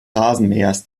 rasenmähers